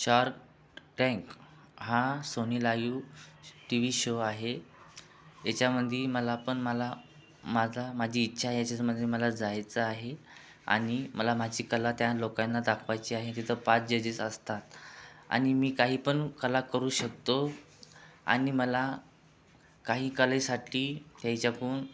shark Tank हा Sony Liv TV show आहे याच्यामधे मला पण मला माझा माझी इच्छा आहे याच्यामधे मला जायचं आहे आणि मला माझी कला त्या लोकांना दाखवायची आहे तिथं पाच जजेस असतात आणि मी काही पण कला करू शकतो आणि मला काही कलेसाठी तेच्याकून